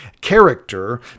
character